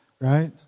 right